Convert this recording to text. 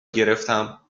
گرفتم